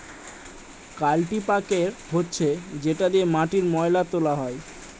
কাল্টিপ্যাকের হচ্ছে যেটা দিয়ে মাটির ময়লা তোলা হয়